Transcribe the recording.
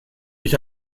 ich